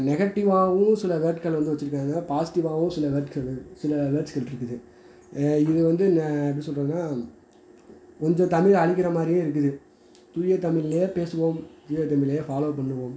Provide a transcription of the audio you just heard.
நெகட்டிவாவும் சில வேர்ட்கள் வந்து வச்சுருக்காங்க பாசிட்டிவாகவும் சில வேர்ட்கள் வ சில வேர்ட்ஸ்கள்ருக்குது இதை வந்து எப்படி சொல்கிறதுன்னா கொஞ்சம் தமிழ அழிக்கிறமாரியே இருக்குது தூய தமிழ்லே பேசுவோம் தூய தமிழே ஃபாலோ பண்ணுவோம்